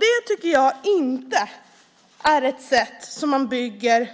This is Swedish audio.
Det tycker jag inte är ett sätt som man bygger